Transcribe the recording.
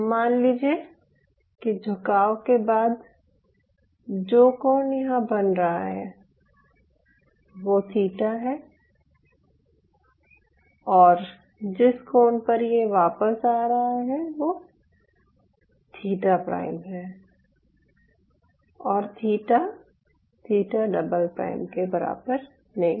मान लीजिये कि झुकाव के बाद जो कोण यहाँ बन रहा है वो थीटा है और जिस कोण पर ये वापस आ रहा है वो थीटा प्राइम है और थीटा थीटा डबल प्राइम के बराबर नहीं है